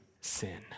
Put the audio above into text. sin